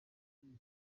ubumwe